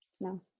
No